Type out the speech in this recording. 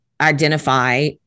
identify